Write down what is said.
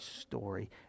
story